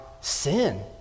sin